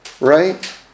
Right